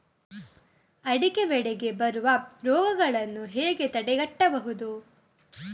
ಅಡಿಕೆ ಬೆಳೆಗೆ ಬರುವ ರೋಗಗಳನ್ನು ಹೇಗೆ ತಡೆಗಟ್ಟಬಹುದು?